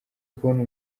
kubona